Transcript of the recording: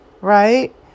Right